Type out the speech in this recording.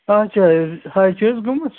اَچھا حظ ساے چھَ حظ گٔمٕژ